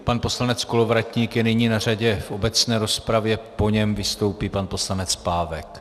Pan poslanec Kolovratník je nyní na řadě v obecné rozpravě, po něm vystoupí pan poslanec Pávek.